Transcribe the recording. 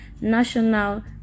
national